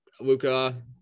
Luca